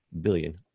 billion